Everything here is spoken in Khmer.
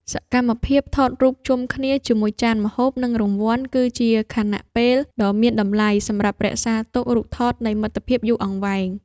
សកម្មភាពថតរូបជុំគ្នាជាមួយចានម្ហូប និងរង្វាន់ គឺជាខណៈពេលដ៏មានតម្លៃសម្រាប់រក្សាទុករូបថតនៃមិត្តភាពយូរអង្វែង។